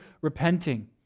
repenting